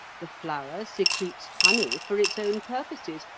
the flower secretes honey for its own purposes,